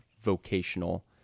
vocational